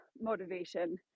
motivation